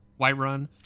Whiterun